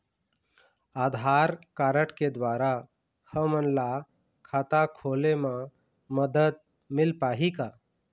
आधार card के द्वारा हमन ला खाता खोले म मदद मिल पाही का?